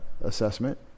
assessment